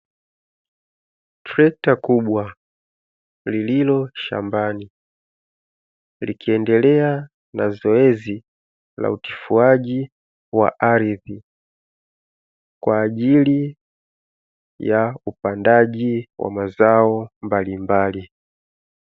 Trekta kubwa lililo shambani, likiendelea na zoezi la utifuaji wa ardhi, kwa ajili ya upandaji wa mazao mbalimbali.